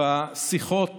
בשיחות